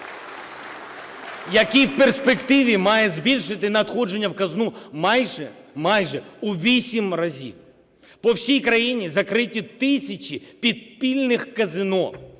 який в перспективі має збільшити надходження в казну майже у вісім разів. По всій крані закриті тисячі підпільних казино.